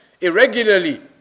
irregularly